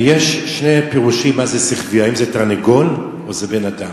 ויש שני פירושים מה זה שכווי: האם זה תרנגול או זה בן-אדם?